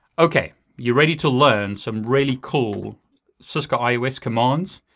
okay, you're ready to learn some really cool cisco ios commands.